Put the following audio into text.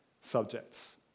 subjects